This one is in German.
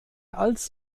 als